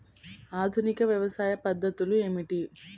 ఆధునిక వ్యవసాయ పద్ధతులు ఏమిటి?